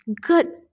Good